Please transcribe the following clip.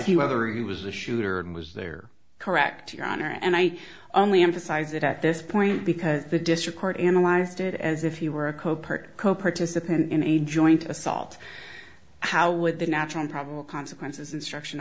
he whether he was the shooter was there correct your honor and i only emphasize it at this point because the district court analyzed it as if you were a co part cope participant in a joint assault how would the natural probable consequences instruction